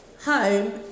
Home